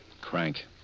crank